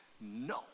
no